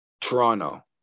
Toronto